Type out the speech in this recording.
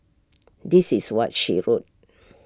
this is what she wrote